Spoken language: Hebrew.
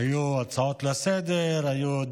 היו הצעות לסדר-היום,